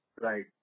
Right